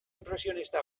inpresionista